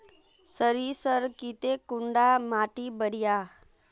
सरीसर केते कुंडा माटी बढ़िया?